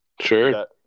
Sure